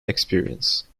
experience